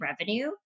revenue